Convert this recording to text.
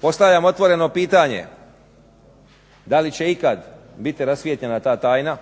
Postavljam otvoreno pitanje, da li će ikada biti rasvijetljena ta tajna?